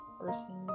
person